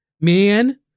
man